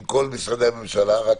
עם כל משרדי הממשלה, אבל